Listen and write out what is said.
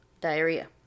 Diarrhea